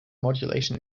modulation